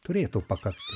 turėtų pakakti